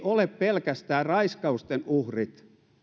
ole pelkästään raiskausten uhrit